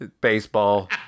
Baseball